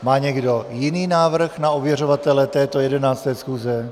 Má někdo jiný návrh na ověřovatele této 11. schůze?